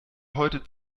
heute